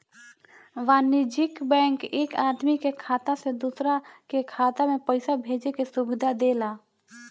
वाणिज्यिक बैंक एक आदमी के खाता से दूसरा के खाता में पईसा भेजे के सुविधा देला